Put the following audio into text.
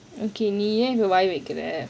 okay நீ ஏன் இங்க வாய் வெக்குற:nee ean inga vaai wekkura